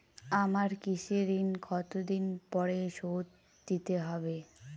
আমার কৃষিঋণ কতদিন পরে শোধ দিতে হবে?